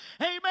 amen